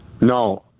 No